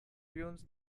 ruins